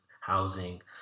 housing